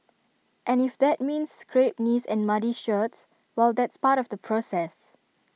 and if that means scraped knees and muddy shirts well that's part of the process